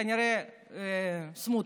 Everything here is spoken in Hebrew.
כנראה סמוטריץ',